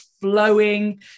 flowing